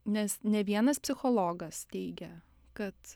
nes ne vienas psichologas teigia kad